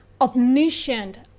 omniscient